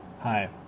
Hi